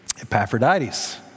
Epaphroditus